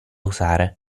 usare